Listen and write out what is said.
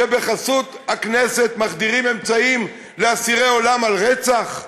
שבחסות הכנסת מחדירים אמצעים לאסירי עולם על רצח?